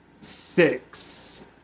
six